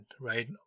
right